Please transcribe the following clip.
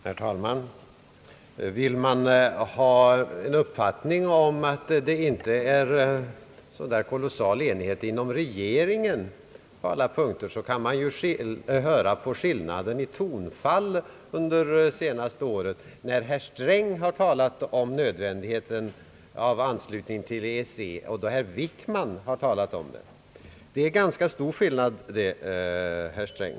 Herr talman! Vill man ha belägg för att det inte är någon så där kolossal enighet inom regeringen på alla punkter, kan man ju lyssna på skillnaden i tonfall under senaste året när herr Sträng och när herr Wickman har talat om nödvändigheten av anslutning till EEC. Den skillnaden är ganska stor, herr Sträng.